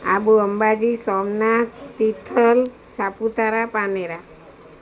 Abu Ambaji Somnath Tithal Saputara Panera